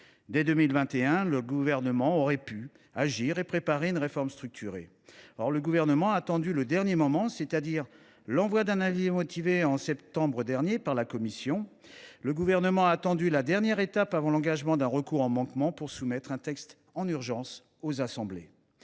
directive. Le Gouvernement aurait pu agir et préparer une réforme structurelle dès 2021, mais il a attendu le dernier moment, c’est à dire l’envoi d’un avis motivé, en septembre dernier, par la Commission. Le Gouvernement a encore attendu la dernière étape avant l’engagement d’un recours en manquement pour soumettre un texte en urgence aux assemblées.